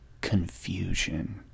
confusion